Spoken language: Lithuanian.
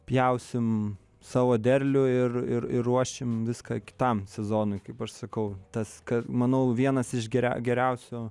pjausim savo derlių ir ir ir ruošim viską kitam sezonui kaip aš sakau tas kad manau vienas iš geria geriausių